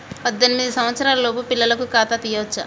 పద్దెనిమిది సంవత్సరాలలోపు పిల్లలకు ఖాతా తీయచ్చా?